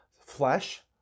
flesh